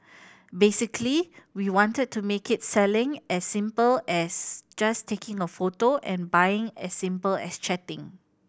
basically we wanted to make its selling as simple as just taking a photo and buying as simple as chatting